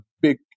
big